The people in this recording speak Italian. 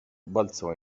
balzò